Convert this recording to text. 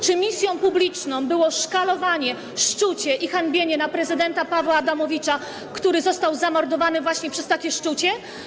Czy misją publiczną było szkalowanie, szczucie i hańbienie prezydenta Pawła Adamowicza, który został zamordowany właśnie przez takie szczucie?